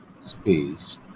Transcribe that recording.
space